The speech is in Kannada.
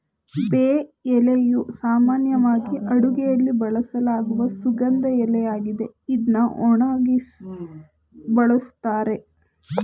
ಬೇ ಎಲೆಯು ಸಾಮಾನ್ಯವಾಗಿ ಅಡುಗೆಯಲ್ಲಿ ಬಳಸಲಾಗುವ ಸುಗಂಧ ಎಲೆಯಾಗಿದೆ ಇದ್ನ ಒಣಗ್ಸಿ ಬಳುಸ್ತಾರೆ